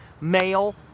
male